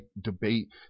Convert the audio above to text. debate